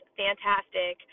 fantastic